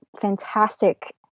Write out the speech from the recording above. fantastic